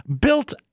built